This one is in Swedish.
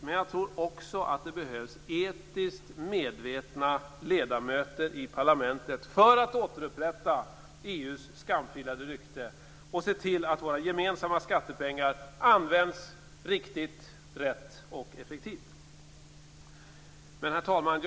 Men det behövs också etiskt medvetna ledamöter i parlamentet för att återupprätta EU:s skamfilade rykte och för att se till att våra gemensamma skattepengar används riktigt, rätt och effektivt. Herr talman!